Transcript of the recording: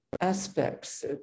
Aspects